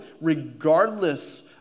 regardless